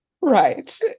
Right